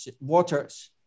waters